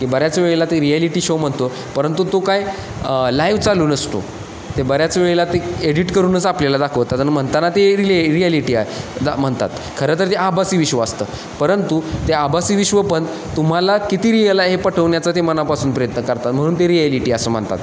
की बऱ्याच वेळेला ते रियालिटी शो म्हणतो परंतु तो काय लाईव चालू नसतो ते बऱ्याच वेळेला ते एडिट करूनच आपल्याला दाखवतात अन् म्हणताना ते रिले रियालिटी आहे दा म्हणतात खरं तर ते आभासी विश्व असतं परंतु ते आभासी विश्व पण तुम्हाला किती रियल आहे हे पटवण्याचा ते मनापासून प्रयत्न करतात म्हणून ते रिॲलिटी असं म्हणतात